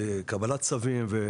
קבלת צווים.